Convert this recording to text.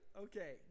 Okay